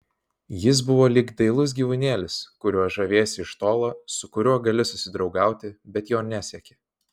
jis buvo lyg dailus gyvūnėlis kuriuo žaviesi iš tolo su kuriuo gali susidraugauti bet jo nesieki